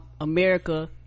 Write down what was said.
America